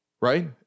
right